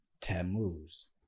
Tammuz